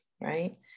right